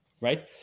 right